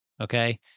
Okay